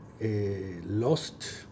lost